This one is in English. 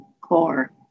core